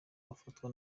bafatwa